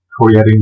creating